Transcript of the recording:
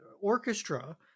orchestra